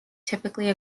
typically